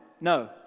No